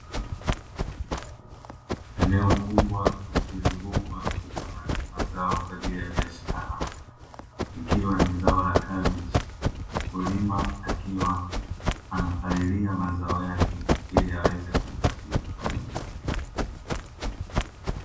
Eneo kubwa likizungukwa na mazao kwa ajili ya biashara, ikiwa ni zao la kabichi. Mkulima akiwa anapalilia mazao yake, ili aweze kujipatia faida.